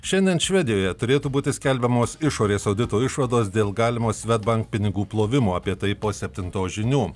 šiandien švedijoje turėtų būti skelbiamos išorės audito išvados dėl galimo swedbank pinigų plovimo apie tai po septintos žinių